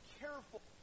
careful